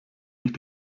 ich